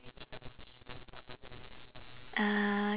uh